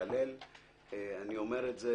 למשל מסלול